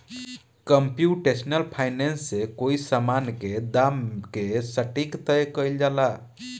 computational finance से कोई समान के दाम के सटीक तय कईल जाला